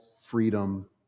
freedom